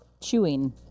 Chewing